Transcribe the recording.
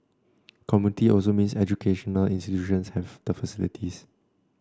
community also means educational institutions have the facilities